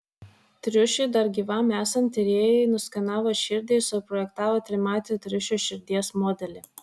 triušiui dar gyvam esant tyrėjai nuskenavo širdį ir suprojektavo trimatį triušio širdies modelį